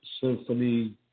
symphony